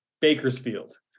Bakersfield